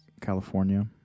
California